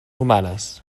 humanes